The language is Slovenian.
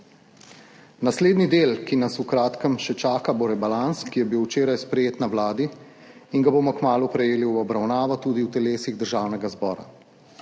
Naslednji del, ki nas v kratkem še čaka, bo rebalans, ki je bil včeraj sprejet na Vladi in ga bomo kmalu prejeli v obravnavo tudi v telesih Državnega zbora.